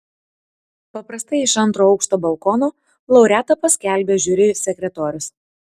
paprastai iš antro aukšto balkono laureatą paskelbia žiuri sekretorius